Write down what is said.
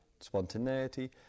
spontaneity